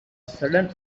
sudden